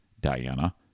Diana